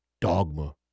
dogma